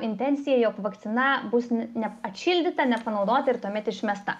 intencija jog vakcina bus ne atšildyta nepanaudota ir tuomet išmesta